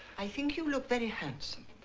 i think you look very handsome.